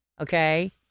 okay